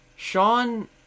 Sean